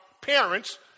parents